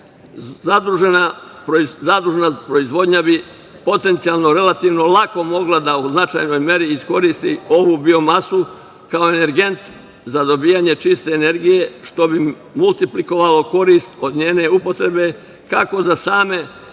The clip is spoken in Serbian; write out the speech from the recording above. proizvodnja bi potencijalno, relativno lako mogla da u značajnoj meri iskoristi ovu biomasu kao energent za dobijanje čiste energije, što bi multiplikovalo korist od njene upotrebe kako za same